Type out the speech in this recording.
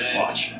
watch